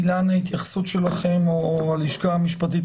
אילנה או הלשכה המשפטית,